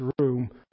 room